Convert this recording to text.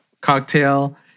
cocktail